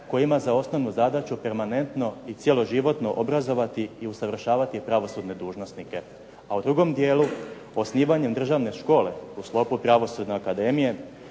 koje ima za osnovnu zadaću permanentno i cijeloživotno obrazovati i usavršavati pravosudne dužnosnike, a u drugom dijelu osnivanjem državne škole u sklopu Pravosudne akademije